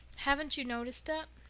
haven't you noticed that?